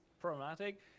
problematic